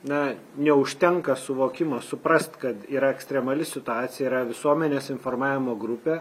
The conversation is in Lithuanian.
na neužtenka suvokimo suprast kad yra ekstremali situacija yra visuomenės informavimo grupė